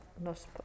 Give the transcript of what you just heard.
nos